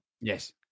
Yes